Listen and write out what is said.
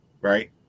right